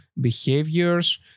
behaviors